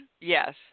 yes